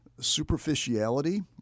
Superficiality